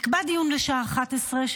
נקבע דיון לשעה 11:00,